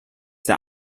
der